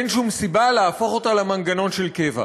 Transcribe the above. אין שום סיבה להפוך אותה למנגנון של קבע.